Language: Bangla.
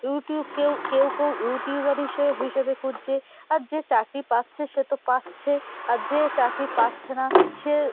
ইউটিউব কে কেউ কেউ কেউ ইউটিউবার হিসে হিসেবে খুঁজছে আর যে চাকরি পাচ্ছে সে তো পাচ্ছে আর যে চাকরি পাচ্ছে না সে